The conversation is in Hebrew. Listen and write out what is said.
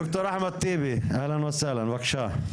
ד"ר אחמד טיבי שלום וברכה, בבקשה.